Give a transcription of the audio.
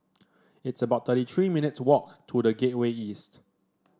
it's about thirty three minutes' walk to The Gateway East